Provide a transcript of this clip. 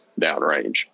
downrange